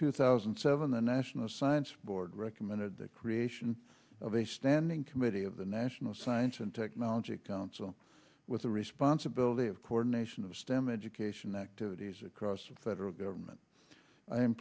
two thousand and seven the national science board recommended the creation of a standing committee of the national science and technology council with the responsibility of coordination of stem education activities across the federal government i